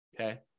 Okay